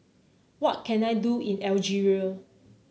what can I do in Algeria